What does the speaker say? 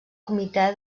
comitè